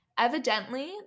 Evidently